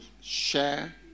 share